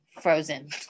frozen